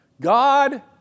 God